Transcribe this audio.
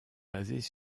basées